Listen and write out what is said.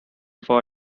for